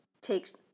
take